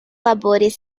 labores